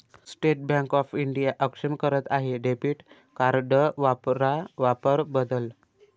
state Bank of India अक्षम करत आहे डेबिट कार्ड वापरा वापर बदल